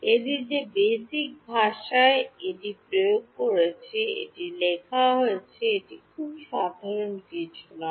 এটি যে বেসিক ভাষায় এটি প্রয়োগ করেছে এটি লেখা হয়েছে এটি খুব সাধারণ কিছু নয়